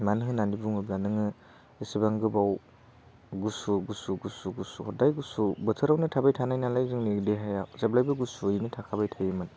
मानो होननानै बुङोब्ला नोङो एसेबां गोबाव गुसु गुसु गुसु गुसु हदाय गुसु बोथोरावनो थाबाय थानाय नालाय जोंनि देहाया जेब्लायबो गुसुयैनो थाखाबाय थायोमोन